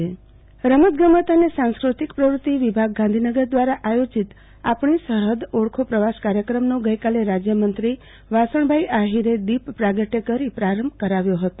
આરતી ભદ્દ આપણી સરહદ ઓળખો કાર્યક્રમ રમતગમત અને સાંસ્કૃતિક પ્રવુતિઓ વિભાગ ગાંધીનગર દ્વારા આયોજિત આપણી સરહદોને ઓળખો પ્રવાસ કાર્યક્રમો ગઈકાલે રાજ્યમંત્રી વાસણભાઈ આહિરે દીપ પ્રાગટ્ય કરી પ્રારંભ કરાવ્યો હતો